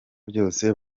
byose